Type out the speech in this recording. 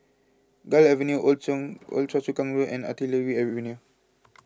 Gul Avenue Old Choa Old Choa Chu Kang Road and Artillery Avenue